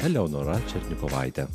eleonora černikovaite